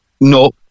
no